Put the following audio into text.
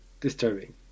disturbing